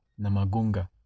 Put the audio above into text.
Namagunga